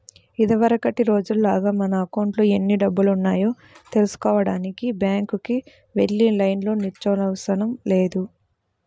ఇదివరకటి రోజుల్లాగా మన అకౌంట్లో ఎన్ని డబ్బులున్నాయో తెల్సుకోడానికి బ్యాంకుకి వెళ్లి లైన్లో నిల్చోనవసరం లేదు